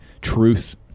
truth